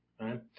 right